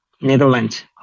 netherlands